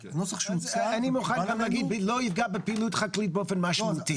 אני מוכן גם להגיד שלא יפגע בפעילות חקלאית באופן משמעותי.